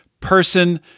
person